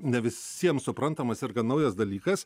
ne visiem suprantamas ir gan naujas dalykas